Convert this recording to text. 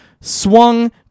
swung